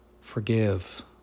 forgive